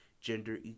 gender